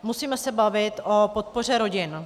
Musíme se bavit o podpoře rodin.